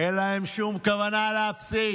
אין להם שום כוונה להפסיק.